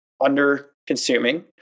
under-consuming